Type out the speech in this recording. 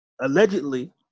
Allegedly